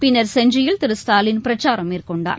பின்னர் செஞ்சியில் திரு ஸ்டாலின் பிரச்சாரம் மேற்கொண்டார்